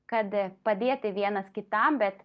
kad padėti vienas kitam bet